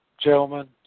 gentlemen